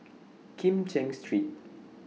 Kim Cheng Street